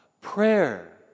prayer